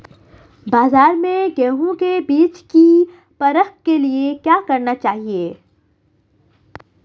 बाज़ार में गेहूँ के बीज की परख के लिए क्या करना चाहिए?